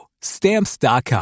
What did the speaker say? Stamps.com